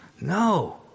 No